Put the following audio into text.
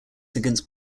against